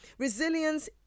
Resilience